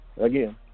again